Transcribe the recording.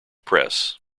press